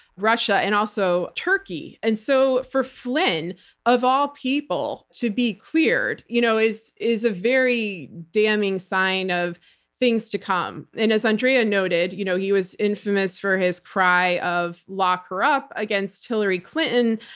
russia and also turkey. and so, for flynn of all people to be cleared you know is is a very damming sign of things to come. and as andrea noted, you know he was infamous for his cry of, lock her up, against hillary clinton.